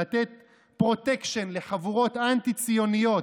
לתת פרוטקשן לחבורות אנטי-ציוניות,